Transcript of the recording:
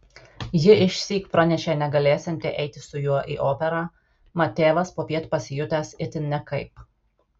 ji išsyk pranešė negalėsianti eiti su juo į operą mat tėvas popiet pasijutęs itin nekaip